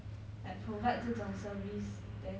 like provide 这种 service